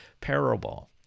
parable